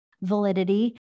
validity